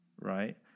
right